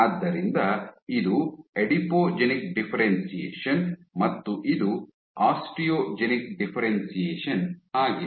ಆದ್ದರಿಂದ ಇದು adipogenic differentiation ಮತ್ತು ಇದು ಆಸ್ಟಿಯೋಜೆನಿಕ್ ಡಿಫ್ಫೆರೆನ್ಶಿಯೇಷನ್ ಆಗಿದೆ